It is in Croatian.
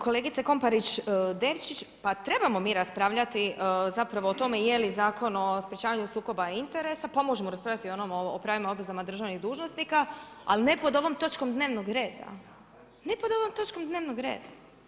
Kolegice Komparić Devčić pa trebamo mi raspravljati zapravo o tome je li Zakon o sprječavanju sukoba interesa, pa možemo raspravljati i o onom o pravima i obvezama državnih dužnosnika, ali ne pod ovom točkom dnevnog reda, ne pod ovom točkom dnevnog reda.